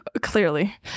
clearly